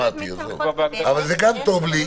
אבל זה גם טוב לי.